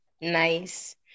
Nice